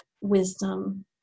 wisdom